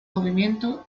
movimiento